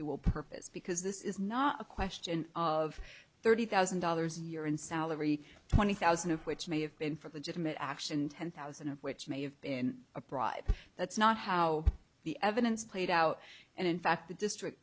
dual purpose because this is not a question of thirty thousand dollars a year in salary twenty thousand of which may have been for the judgment action ten thousand of which may have been a bribe that's not how the evidence played out and in fact the district